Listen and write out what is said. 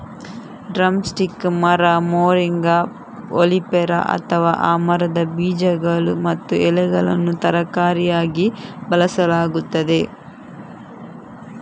drum stick ಮರ, moringa oleifera, ಅಥವಾ ಆ ಮರದ ಬೀಜಗಳು ಮತ್ತು ಎಲೆಗಳನ್ನು ತರಕಾರಿಯಾಗಿ ಬಳಸಲಾಗುತ್ತದೆ